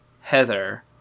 Heather